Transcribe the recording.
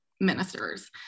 ministers